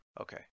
okay